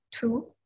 two